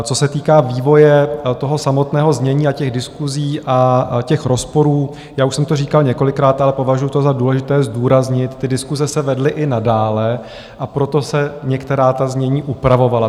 Co se týká vývoje samotného znění, těch diskusí a rozporů, už jsem to říkal několikrát, ale považuju to za důležité zdůraznit: ty diskuse se vedly i nadále, a proto se některá ta znění upravovala.